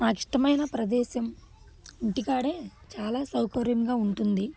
నాకిష్టమైన ప్రదేశం ఇంటికాడే చాలా సౌకర్యంగా ఉంటుంది